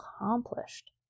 accomplished